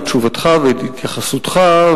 את תשובתך ואת התייחסותך,